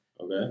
Okay